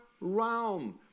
realm